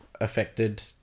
affected